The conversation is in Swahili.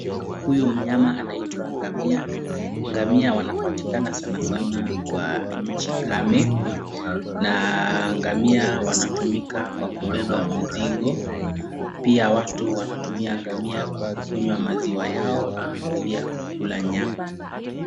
Huyu mnyama anaitwa ngamia, ngamia wanapatikana sana sana kwa nchi kame. Na ngamia wanatumika kwa kubeba mizigo, pia watu wanatumia ngamia kwa kukunywa maziwa yao na pia kula nyama.